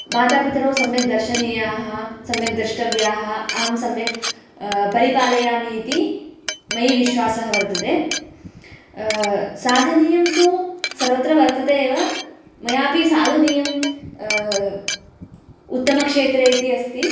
मातापितरौ सम्यक् दर्शनीयाः सम्यक् द्रष्टव्याः अहं सम्यक् परिपालयामि इति मयि विश्वासः वर्तते साधनीयं तु सर्वत्र वर्तते एव मयापि साधनीयं उत्तमक्षेत्रे इति अस्ति